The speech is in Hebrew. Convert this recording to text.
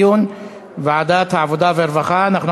המשך דיון בוועדת העבודה, הרווחה והבריאות.